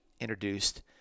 introduced